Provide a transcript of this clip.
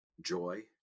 joy